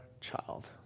child